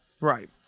Right